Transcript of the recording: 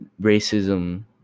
racism